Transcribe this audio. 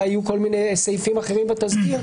והיו כל מיני סעיפים אחרים בתזכיר,